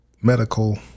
medical